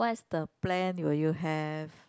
what is the plan will you have